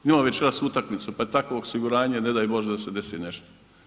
Ima večeras utakmica pa je takvo osiguranje, ne daj Bože da se desi nešto.